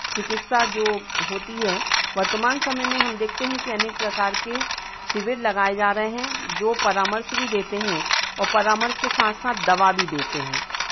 चिकित्सा जो होती है वर्तमान समय में हम देखते हैं कि अनेक प्रकार के शिविर लगाए जा रहे हैं जो परामर्श भी देते हैं और परामर्श के साथ साथ दवा भी देते हैं